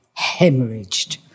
hemorrhaged